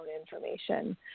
information